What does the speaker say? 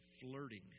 flirting